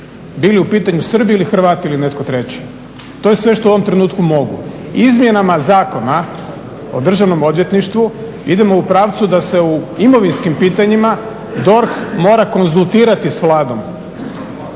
bili u pitanju Srbi ili Hrvati ili netko treći. To je sve što u ovom trenutku mogu. Izmjenama Zakona o državnom odvjetništvu idemo u pravcu da se u imovinskim pitanjima DORH mora konzultirati sa Vladom.